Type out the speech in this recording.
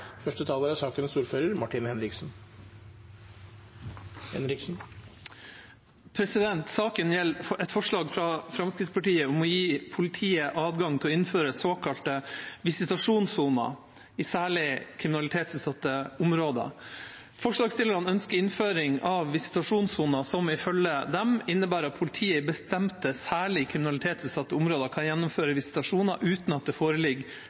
Saken gjelder et forslag fra Fremskrittspartiet om å gi politiet adgang til å innføre såkalte visitasjonssoner i særlig kriminalitetsutsatte områder. Forslagsstillerne ønsker innføring av visitasjonssoner, som ifølge dem innebærer at politiet i bestemte særlig kriminalitetsutsatte områder kan gjennomføre visitasjoner uten at det foreligger